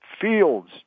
fields